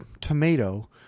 tomato